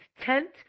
tent